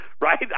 Right